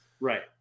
Right